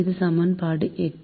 இது சமன்பாடு 8